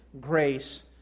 grace